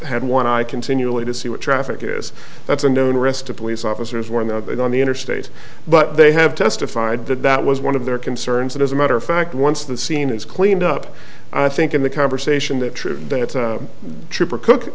had one i continually to see what traffic is that's a known risk to police officers when the go on the interstate but they have testified that that was one of their concerns and as a matter of fact once the scene is cleaned up i think in the conversation that true that trooper cook